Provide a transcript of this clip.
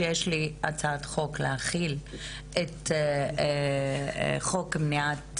שיש לי הצעת חוק להכיל את חוק מניעת